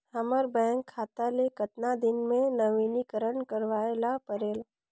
हमर बैंक खाता ले कतना दिन मे नवीनीकरण करवाय ला परेल?